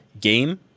game